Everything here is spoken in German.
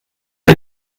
der